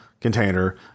container